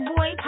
Boy